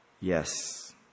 Yes